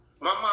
mom